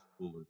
schoolers